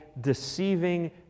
deceiving